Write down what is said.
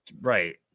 right